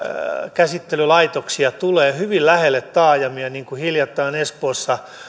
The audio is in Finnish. käsittelylaitoksia tulee hyvin lähelle taajamia niin kuin hiljattain espoossa